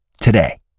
Today